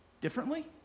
differently